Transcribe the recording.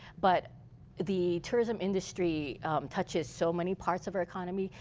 but the tourism industry touches so many parts of our economy.